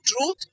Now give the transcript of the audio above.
truth